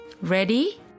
ready